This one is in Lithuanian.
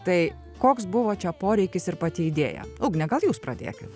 tai koks buvo čia poreikis ir pati idėja ugne gal jūs pradėkit